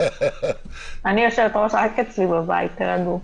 אני יושבת-ראש רק אצלי בבית, תירגעו.